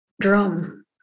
drum